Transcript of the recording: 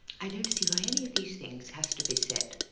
i don't see why any of these things has to be said.